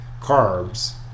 carbs